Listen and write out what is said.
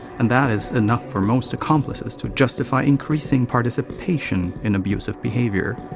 and that's enough for most accomplices to justify increasing participation in abusive behavior.